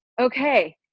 okay